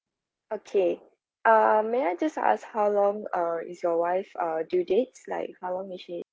okay um may I just ask how long uh is your wife uh due dates like how long is she